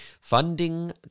funding